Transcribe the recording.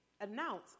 announce